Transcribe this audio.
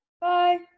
Bye